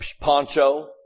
poncho